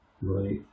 Right